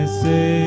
say